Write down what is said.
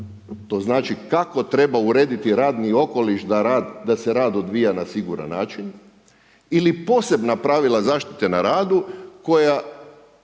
to znači kako treba urediti radni okoliš da se rad odvija na siguran način ili posebna pravila zaštite na radu koja